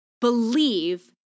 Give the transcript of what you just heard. believe